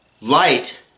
light